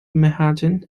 manhattan